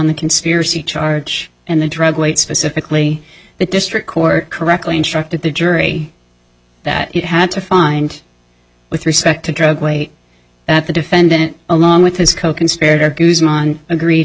the conspiracy charge and the drug wait specifically the district court correctly instructed the jury that it had to find with respect to drug weight that the defendant along with his